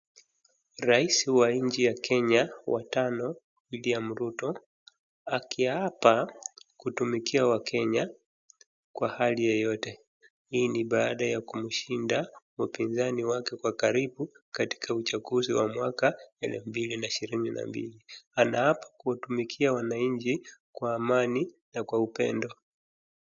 Rais wa nchi ya Kenya wa tano William Ruto akiapa kutumikia wakenya kwa hali yoyote. Hii ni baada ya kumshinda mpizani wake kwa karibu katika uchaguzi wa mwaka elfu mbili na ishirini na mbili. Anaapa kutumikia wanchi kwa amani na kwa upendo.